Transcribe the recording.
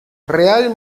real